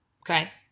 Okay